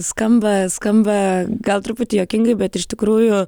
skamba skamba gal truputį juokingai bet iš tikrųjų